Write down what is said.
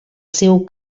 seu